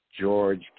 George